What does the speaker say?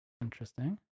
Interesting